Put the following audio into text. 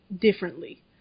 differently